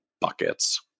buckets